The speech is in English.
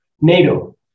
NATO